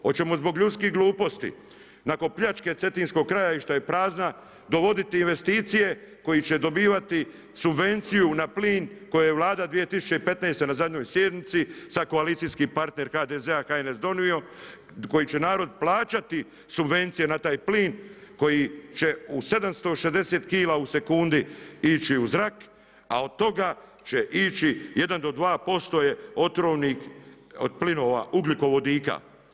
Hoćemo zbog ljudskih gluposti nakon pljačke Cetinskog kraja i šta je prazna dovoditi investicije koji će dobivati subvenciju na plin koji je Vlada 2015. na zadnjoj sjednici sad koalicijski partner HDZ-a, HNS donio, koji će narod plaćati subvencije na taj plin, koji će u 760kg u sekundi ići u zrak a od toga će ići jedan do 2% je otrovnik od plinova ugljikovodika.